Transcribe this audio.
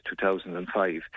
2005